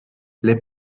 les